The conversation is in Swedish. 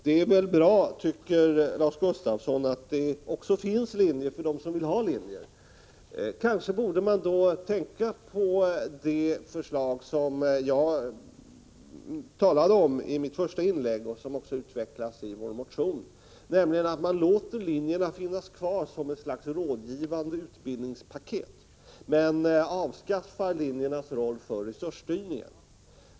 Det är bra, tycker Lars Gustafsson, att det finns linjer för dem som vill ha det. Men kanske borde man tänka på det förslag som jag talade om i mitt första inlägg och som också utvecklas i vår motion, nämligen att man skall låta linjerna finnas kvar som ett slags rådgivande utbildningspaket men avskaffa deras roll i resursstyrningen.